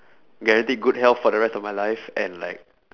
guaranteed good health for the rest of my life and like